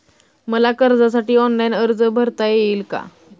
मला कर्जासाठी ऑनलाइन अर्ज भरता येईल का?